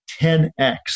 10x